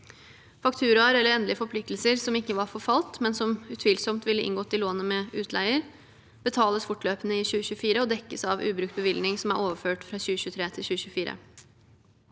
Fakturaer eller endelige forpliktelser som ikke var forfalt, men som utvilsomt ville inngått i lånet med utleier, betales fortløpende i 2024 og dekkes av ubrukt bevilgning som er overført fra 2023 til 2024.